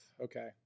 Okay